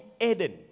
Eden